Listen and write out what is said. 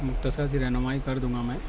مختصر سی رہنمائی کر دوں گا میں